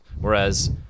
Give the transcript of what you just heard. Whereas